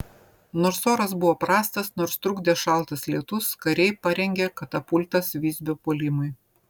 nors oras buvo prastas nors trukdė šaltas lietus kariai parengė katapultas visbio puolimui